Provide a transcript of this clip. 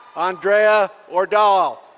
andrea ordal.